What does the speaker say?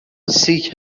سیک